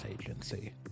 agency